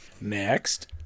Next